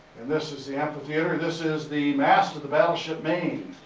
and this is the amphitheater. this is the mast of the battleship maine.